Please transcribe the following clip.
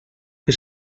que